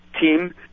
team